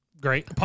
great